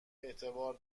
اعتبار